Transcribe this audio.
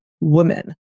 woman